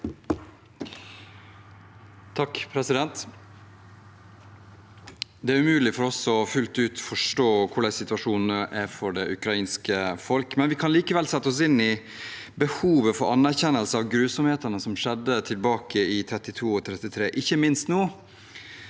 (KrF) Det er umulig for oss fullt ut å forstå hvordan situasjonen er for det ukrainske folk, men vi kan likevel sette oss inn i behovet for anerkjennelse av grusomhetene som skjedde tilbake i 1932 og 1933, ikke minst nå